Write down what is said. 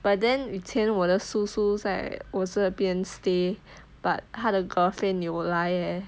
but then 以前我的叔叔在我这边 stay but 他的 girlfriend 有来 eh